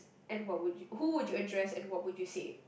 and what would you who would you address and what would you say